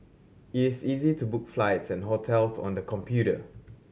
it is easy to book flights and hotels on the computer